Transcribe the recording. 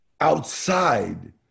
outside